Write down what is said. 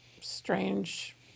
strange